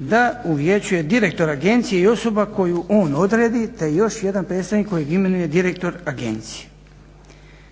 da u Vijeću je direktor agencije i osoba koju on odredi, te još jedan predstavnik kojeg imenuje direktor agencije.